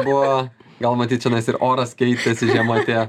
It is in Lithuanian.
buvo gal matyt čianais ir oras keitėsi žiema atėjo